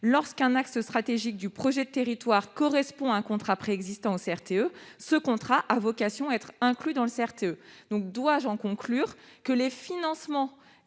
lorsqu'un axe stratégique du projet de territoire correspond à un contrat préexistant au CRTE, ce contrat a vocation à être inclus dans le CRTE. » Dois-je en conclure que les financements